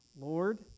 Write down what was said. Lord